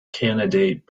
candidate